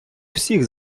всіх